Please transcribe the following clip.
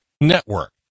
network